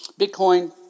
Bitcoin